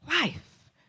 life